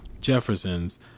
Jefferson's